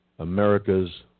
America's